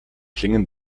klingen